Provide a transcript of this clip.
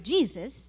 Jesus